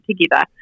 together